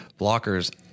blockers